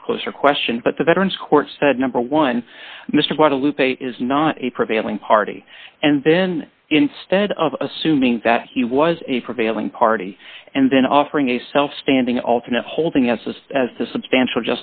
much closer question but the veterans court said number one mr guadalupe is not a prevailing party and then instead of assuming that he was a prevailing party and then offering a self standing alternate holding s s as to substantial